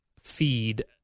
feed